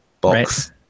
box